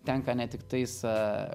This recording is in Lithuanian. tenka ne tik tais a